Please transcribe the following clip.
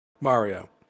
Mario